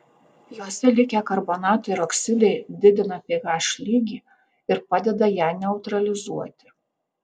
juose likę karbonatai ir oksidai didina ph lygį ir padeda ją neutralizuoti